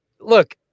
Look